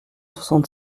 soixante